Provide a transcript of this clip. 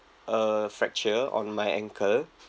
a fracture on my ankle